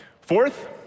Fourth